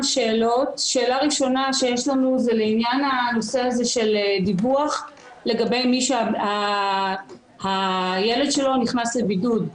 שאלה ראשונה שיש לנו היא לעניין הדיווח לגבי מי שהילד שלו נכנס לבידוד.